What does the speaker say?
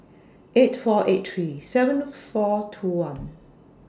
eight four eight three seven four two one